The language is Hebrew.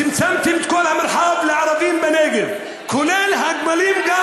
צמצמתם את כל המרחב לערבים בנגב, כולל הגמלים גם.